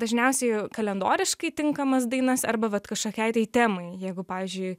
dažniausiai kalendoriškai tinkamas dainas arba vat kažkokiai tai temai jeigu pavyzdžiui